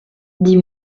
dit